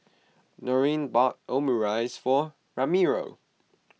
Norine bought Omurice for Ramiro